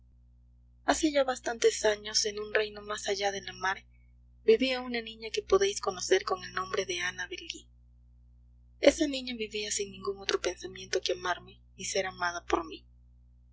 hace ya bastantes años en un reino más allá de la mar vivía una niña que podéis conocer con el nombre de annabel lee esa niña vivía sin ningún otro pensamiento que amarme y ser amada por mí